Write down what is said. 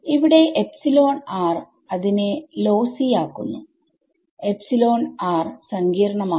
ഇവിടെ എപ്സിലോൺ rഅതിനെ ലോസ്സി ആക്കുന്നു എപ്സിലോൺ rസങ്കീർണ്ണമാവും